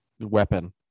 Weapon